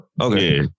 Okay